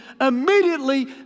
immediately